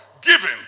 giving